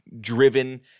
driven